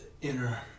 inner